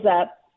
up